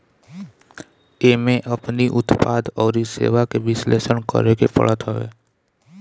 एमे अपनी उत्पाद अउरी सेवा के विश्लेषण करेके पड़त हवे